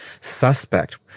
suspect